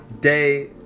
day